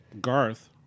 Garth